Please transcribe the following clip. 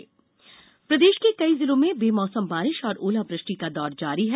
मौसम प्रदेश के कई जिलों में बेमौसम बारिश और ओलावृष्टि का दौर जारी है